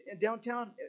downtown